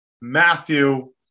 Matthew